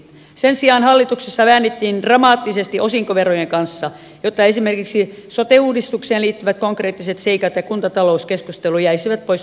sen sijaan hallituksessa väännettiin dramaattisesti osinkoverojen kanssa jotta esimerkiksi sote uudistukseen liittyvät konkreettiset seikat ja kuntatalouskeskustelu jäisivät pois lööpeistä